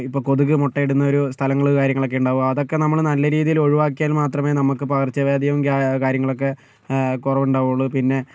ഇപ്പോൾ കൊതുക് മുട്ടയിടുന്നൊരു സ്ഥലങ്ങള് കാര്യങ്ങളൊക്കെ ഉണ്ടാകും അപ്പോൾ അതൊക്കെ നമ്മള് നല്ല രീതിയില് ഒഴിവാക്കിയാൽ മാത്രമേ നമുക്ക് പകർച്ച വ്യാധിയും കാര്യങ്ങളൊക്കെ കുറവുണ്ടാവുകയുള്ളൂ പിന്നെ